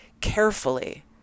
carefully